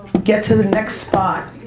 get to the next spot,